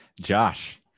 Josh